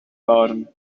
waren